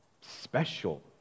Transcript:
special